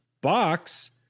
box